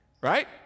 Right